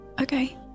Okay